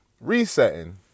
resetting